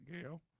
Gail